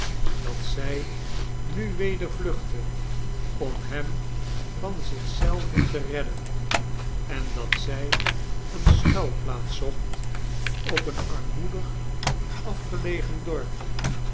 dat zij nu weder vluchtte om hem van zich zelven te redden en dat zij eene schuilplaats zocht op een armoedig afgelegen dorpje